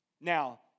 Now